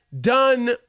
done